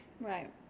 Right